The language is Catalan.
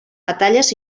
batalles